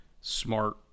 smart